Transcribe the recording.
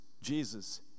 Jesus